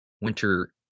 winter